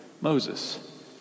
Moses